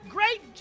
Great